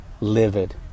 Livid